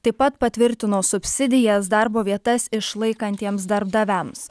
taip pat patvirtino subsidijas darbo vietas išlaikantiems darbdaviams